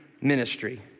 ministry